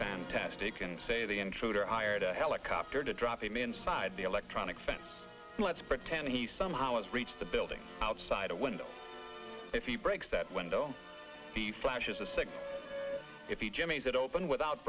fantastic and say the intruder hired a helicopter to drop him inside the electronic fence let's pretend he somehow is reached the building outside a window if you break that window the flashes the six if you jimmy's it open without